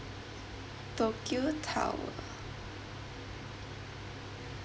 tokyo tower